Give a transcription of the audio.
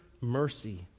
mercy